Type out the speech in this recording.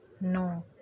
No